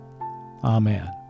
Amen